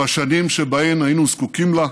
בשנים שבהן היינו זקוקים לה,